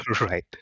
Right